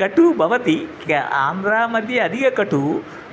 कटुः भवति क्य आन्ध्रमध्ये अधिकं कटुः